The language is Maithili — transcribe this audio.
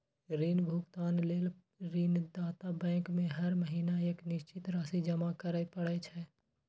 ऋण भुगतान लेल ऋणदाता बैंक में हर महीना एक निश्चित राशि जमा करय पड़ै छै